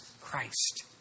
Christ